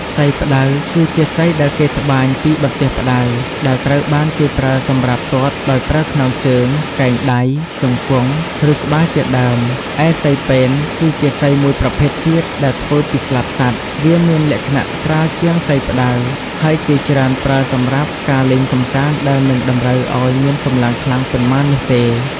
សីផ្ដៅ គឺជាសីដែលគេត្បាញពីបន្ទះផ្ដៅ ដែលត្រូវបានគេប្រើសម្រាប់ទាត់ដោយប្រើខ្នងជើង កែងដៃ ជង្គង់ ឬក្បាល ជាដើម។ឯសីពែន គឺជាសីមួយប្រភេទទៀតដែលធ្វើពីស្លាបសត្វ វាមានលក្ខណៈស្រាលជាងសីផ្ដៅ ហើយគេច្រើនប្រើសម្រាប់ការលេងកម្សាន្តដែលមិនតម្រូវឱ្យមានកម្លាំងខ្លាំងប៉ុន្មាននោះទេ។